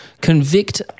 convict